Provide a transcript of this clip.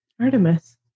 Artemis